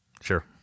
Sure